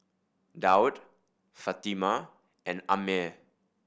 Daud Fatimah and Ammir